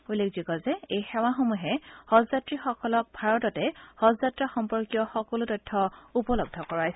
উল্লেখযোগ্য যে এই সেৱাসমূহে হজযাত্ৰীসকলক ভাৰততে হজ যাত্ৰা সম্পৰ্কীয় সকলো তথ্য উপলব্ধ কৰাইছে